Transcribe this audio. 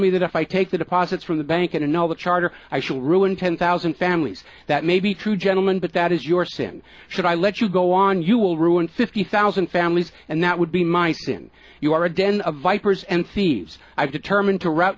me that if i take the deposits from the bank in another charter i shall ruin ten thousand families that may be true gentleman but that is your sin should i let you go on you will ruin fifty thousand families and that would be my sin you are a den of vipers and cvs i have determined to rout